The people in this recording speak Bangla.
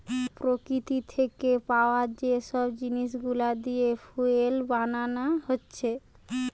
প্রকৃতি থিকে পায়া যে সব জিনিস গুলা দিয়ে ফুয়েল বানানা হচ্ছে